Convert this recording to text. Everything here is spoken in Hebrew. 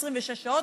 26 שעות,